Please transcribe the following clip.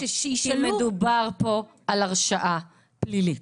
מדובר פה בהרשאה פלילית.